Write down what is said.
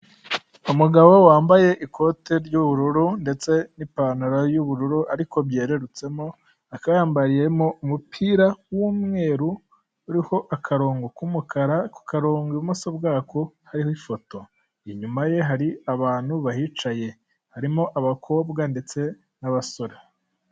Umugabo wambaye ikote ry'ubururu ndetse n'ipantaro y'ubururu ariko byererutsemo, akayambariyemo umupira w'umweru uriho akarongo k'umukara, ako karongo ibumoso bwako hariho ifoto inyuma ye, hari abantu bahicaye harimo abakobwa ndetse n'abasore.